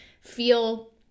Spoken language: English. feel